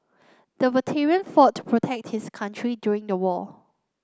the veteran fought to protect his country during the war